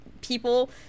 people